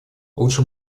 лучше